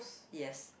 yes